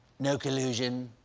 no collusion.